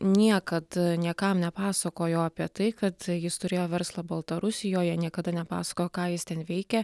niekad niekam nepasakojo apie tai kad jis turėjo verslą baltarusijoje niekada nepasakojo ką jis ten veikė